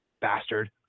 bastard